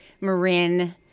Marin